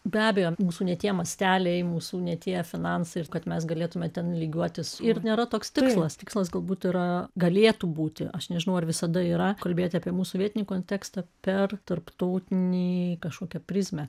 be abejo mūsų ne tie masteliai mūsų ne tie finansai ir kad mes galėtume ten lygiuotis ir nėra toks tikslas tikslas galbūt yra galėtų būti aš nežinau ar visada yra kalbėti apie mūsų vietinį kontekstą per tarptautinį kažkokią prizmę